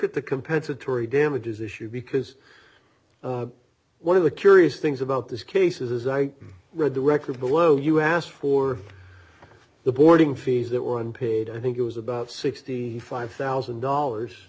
at the compensatory damages issue because one of the curious things about this case is i read the record below you asked for the boarding fees that were unpaid i think it was about sixty five thousand dollars